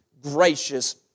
gracious